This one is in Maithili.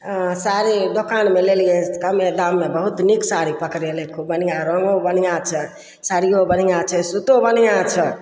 साड़ी दोकानमे लेलियै कम्मे दाममे बहुत नीक साड़ी पकड़ेलै खूब बढ़िआँ रङ्गो बढ़िआँ छै साड़ियो बढ़िआँ छै सूतो बढ़िआँ छै